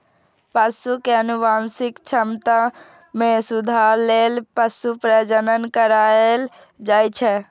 पशु के आनुवंशिक क्षमता मे सुधार लेल पशु प्रजनन कराएल जाइ छै